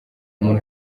umuntu